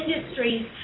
industries